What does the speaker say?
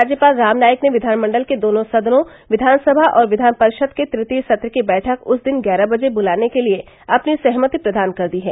राज्यपाल राम नाईक ने विधानमंडल के दोनों सदनों विधानसभा और विधान परिक्विद के तृतीय सत्र की बैठक उस दिन ग्यारह बजे बुलाने के लिये अपनी सहमति प्रदान कर दी है